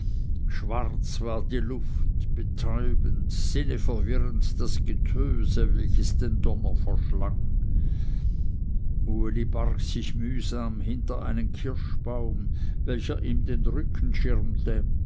war die luft betäubend sinneverwirrend das getöse welches den donner verschlang uli barg sich mühsam hinter einen kirschbaum welcher ihm den rücken schirmte